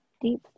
deep